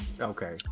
okay